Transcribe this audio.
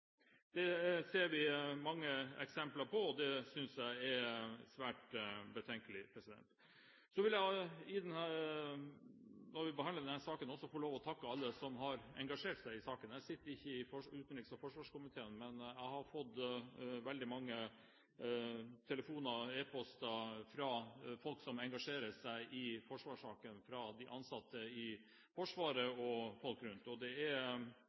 Det ser vi mange eksempler på, og det synes jeg er svært betenkelig. Så vil jeg, når vi behandler denne saken, også få lov til å takke alle som har engasjert seg i saken. Jeg sitter ikke i utenriks- og forsvarskomiteen, men jeg har fått veldig mange telefoner og e-poster fra folk som engasjerer seg i forsvarssaken, fra ansatte i Forsvaret og folk rundt. Det er